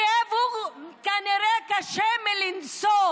הכאב הוא כנראה קשה מנשוא: